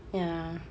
ya